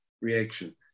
reaction